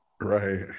Right